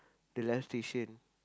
the live station